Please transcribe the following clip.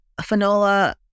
Fanola